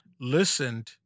listened